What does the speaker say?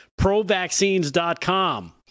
provaccines.com